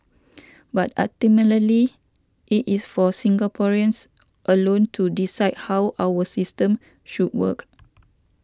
but ultimately it is for Singaporeans alone to decide how our system should work